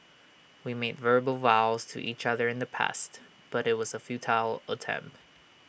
we made verbal vows to each other in the past but IT was A futile attempt